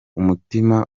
umutima